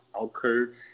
occurred